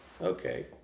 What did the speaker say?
okay